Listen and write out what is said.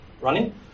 running